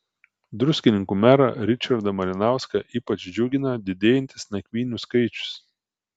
druskininkų merą ričardą malinauską ypač džiugina didėjantis nakvynių skaičius